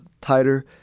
tighter